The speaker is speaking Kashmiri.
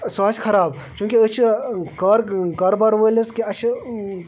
سُہ آسہِ خراب چوٗنٛکہ أسۍ چھِ کار کارٕبار وٲلۍ حظ کہِ اَسہِ چھِ